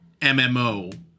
MMO